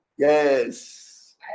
Yes